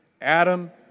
Adam